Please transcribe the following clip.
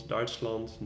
Duitsland